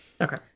Okay